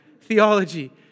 theology